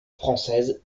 française